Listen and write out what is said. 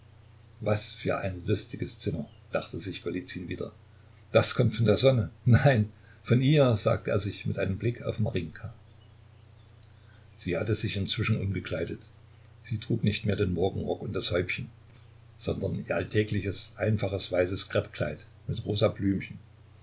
was für ein lustiges zimmer dachte sich golizyn wieder das kommt von der sonne nein von ihr sagte er sich mit einem blick auf marinjka sie hatte sich inzwischen umgekleidet sie trug nicht mehr den morgenrock und das häubchen sondern ihr alltägliches einfaches weißes kreppkleid mit rosa blümchen